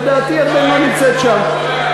לדעתי, ירדן לא נמצאת שם.